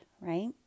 right